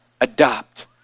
adopt